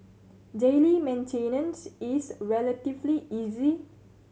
daily maintenance is relatively easy